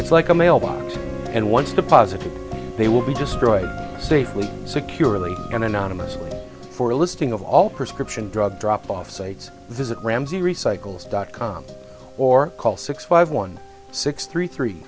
it's like a mailbox and once the positive they will be destroyed safe we securely and anonymously for a listing of all prescription drug drop off sites visit ramsey recycles dot com or call six five one six three three